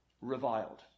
reviled